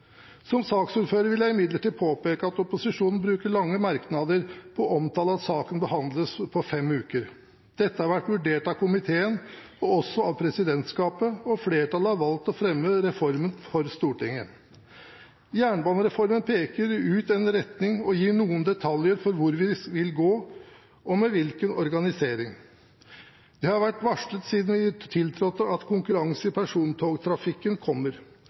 Som saksordfører vil jeg imidlertid påpeke at opposisjonen bruker lange merknader på å omtale at saken behandles på fem uker. Dette har vært vurdert av komiteen og også av presidentskapet, og flertallet har valgt å fremme reformen for Stortinget. Jernbanereformen peker ut en retning og gir noen detaljer for hvor vi vil gå, og med hvilken organisering. Det har vært varslet siden vi tiltrådte, at konkurranse i persontogtrafikken kommer,